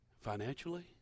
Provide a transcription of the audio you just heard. financially